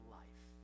life